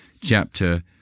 chapter